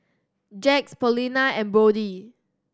Jax Paulina and Brodie